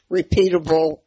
repeatable